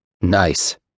Nice